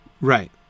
Right